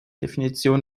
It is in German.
definition